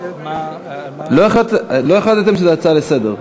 לא החלטתם שזאת הצעה לסדר-היום.